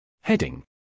Heading